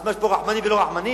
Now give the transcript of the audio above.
אז מה יש פה, רחמנים ולא רחמנים?